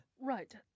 Right